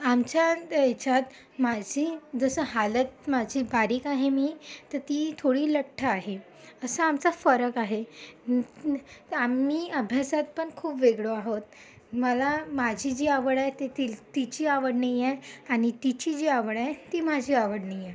आमच्या येच्यात माझी जसं हालत माझी बारीक आहे मी तर ती थोडी लठ्ठ आहे असा आमचा फरक आहे आम्ही अभ्यासातपण खूप वेगळे आहोत मला माझी जी आवड आहे ते तिल् तिची आवड नाही आहे आणि तिची जी आवड आहे ती माझी आवड नाही आहे